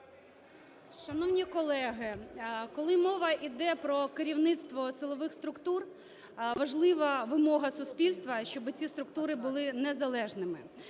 Шановні колеги, коли мова йде про керівництво силових структур, важлива вимога суспільства – щоб ці структури були незалежними.